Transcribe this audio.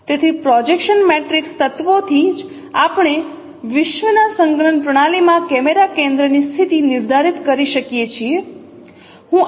તેથી projection matrix તત્વોથી જ આપણે વિશ્વના સંકલન પ્રણાલીમાં કેમેરા કેન્દ્રની સ્થિતિ નિર્ધારિત કરી શકીએ છીએ